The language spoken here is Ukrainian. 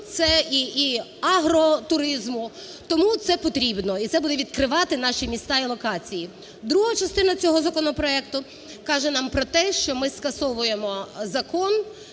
і агротуризму. Тому це потрібно і це буде відкривати наші міста і локації. Друга частина цього законопроекту каже нам про те, що ми скасовуємо закон,